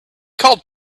called